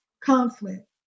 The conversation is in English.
conflict